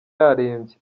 yarembye